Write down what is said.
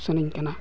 ᱥᱟᱱᱟᱧ ᱠᱟᱱᱟ